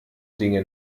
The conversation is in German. dinge